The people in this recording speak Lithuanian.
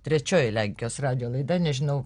trečioji lenkijos radijo laida nežinau